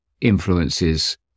influences